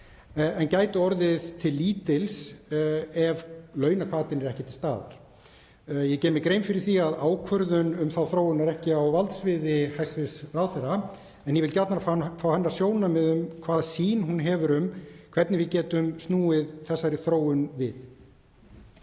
en gætu orðið til lítils ef launahvatinn er ekki til staðar. Ég geri mér grein fyrir því að ákvörðun um þá þróun er ekki á valdsviði hæstv. ráðherra en ég vil gjarnan fá hennar sjónarmið um hvaða sýn hún hefur á það hvernig við getum snúið þessari þróun við.